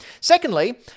Secondly